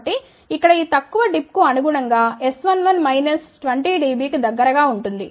కాబట్టి ఇక్కడ ఈ తక్కువ డిప్ కు అనుగుణంగా S11 మైనస్ 20 dB కి దగ్గరగా ఉంటుంది